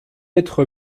être